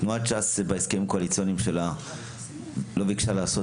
תנועת ש"ס בהסכמים הקואליציוניים שלה לא ביקשה לעשות